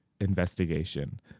investigation